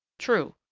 true,